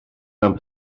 mewn